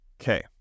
Okay